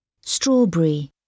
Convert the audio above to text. Strawberry